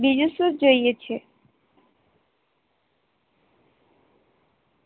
બીજું શું જોઈએ છે